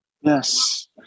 Yes